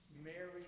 Mary